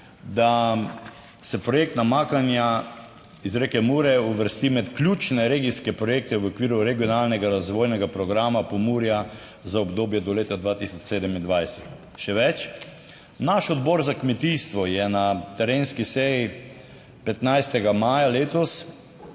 da se projekt namakanja iz reke Mure uvrsti med ključne regijske projekte v okviru regionalnega razvojnega programa Pomurja za obdobje do leta 2027. Še več, naš odbor za kmetijstvo je na terenski seji 15. maja letos,